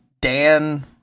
Dan